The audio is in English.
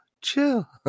chill